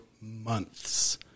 months